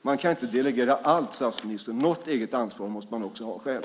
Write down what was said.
Man kan inte delegera allt, statsministern. Något eget ansvar måste man också ha själv.